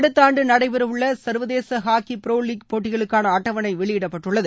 அடுத்த ஆண்டு நடைபெறவுள்ள சர்வதேச ஹாக்கி புரோ லீக் போட்டிகளுக்கான அட்டவணை வெளியிடப்பட்டுள்ளது